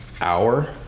hour